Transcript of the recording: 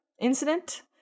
incident